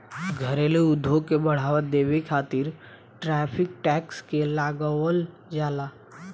घरेलू उद्योग के बढ़ावा देबे खातिर टैरिफ टैक्स के लगावल जाला